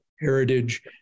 heritage